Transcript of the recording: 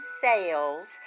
sales